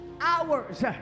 Hours